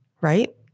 right